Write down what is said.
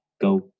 go